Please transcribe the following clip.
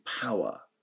power